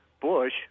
Bush